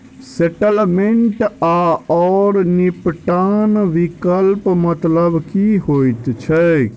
Settlement आओर निपटान विकल्पक मतलब की होइत छैक?